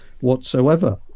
whatsoever